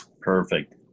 Perfect